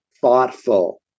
thoughtful